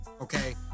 okay